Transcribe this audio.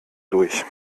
durch